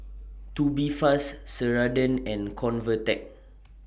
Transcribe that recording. Tubifast Ceradan and Convatec